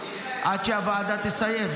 עד שהוועדה תסיים.